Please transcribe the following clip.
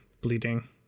bleeding